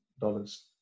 dollars